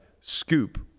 scoop